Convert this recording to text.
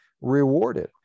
rewarded